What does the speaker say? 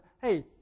hey